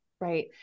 Right